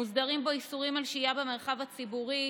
מוסדרים בו איסורים על שהייה במרחב הציבורי,